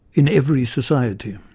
in every society'.